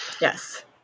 Yes